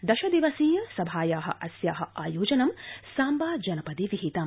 दश दिवसीय सभाया अस्या आयोजनं सांबा जनपदे विहितम्